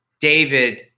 David